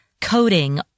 coding